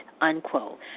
unquote